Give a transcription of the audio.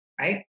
Right